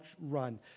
run